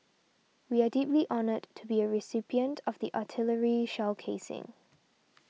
we are deeply honoured to be a recipient of the artillery shell casing